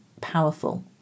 powerful